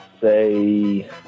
say